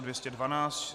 212.